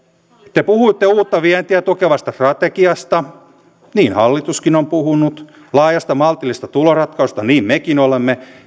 te puhuitte uutta vientiä tukevasta strategiasta niin hallituskin on puhunut laajasta maltillisesta tuloratkaisusta niin mekin olemme